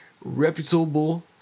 reputable